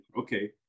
okay